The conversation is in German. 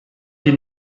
die